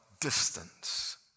distance